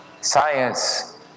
science